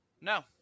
No